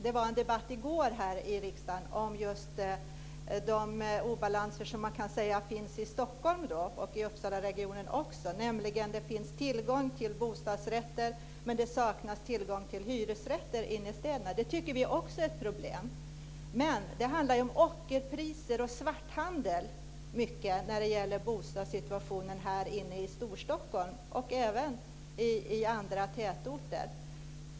Det var en debatt i går här i riksdagen om de obalanser som man kan säga finns i Stockholm i dag, och i Uppsalaregionen också. Det finns tillgång till bostadsrätter men det saknas tillgång till hyresrätter inne i städerna. Det tycker vi också är ett problem. Det handlar ju mycket om ockerpriser och svarthandel när det gäller bostadssituationen här inne i Storstockholm, och även i andra tätorter.